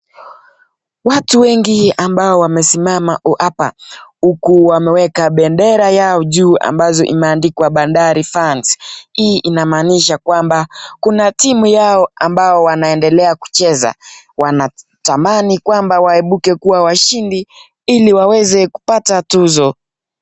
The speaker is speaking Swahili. Watu wengi ambao wamesimama hapa huku wameweka bendera yao juu ambazo imeandikwa Bandari Fans. Hii inamaanisha kwamba kuna timu yao ambao wanaendelea kucheza . Wataamani kwamba waibuke kuwa washindi ili waweze kupata tuzo .